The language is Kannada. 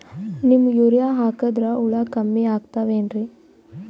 ನೀಮ್ ಯೂರಿಯ ಹಾಕದ್ರ ಹುಳ ಕಮ್ಮಿ ಆಗತಾವೇನರಿ?